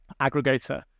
aggregator